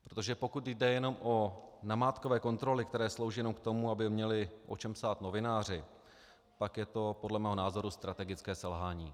Protože pokud jde jenom o namátkové kontroly, které slouží jenom k tomu, aby měli o čem psát novináři, pak je to podle mého názoru strategické selhání.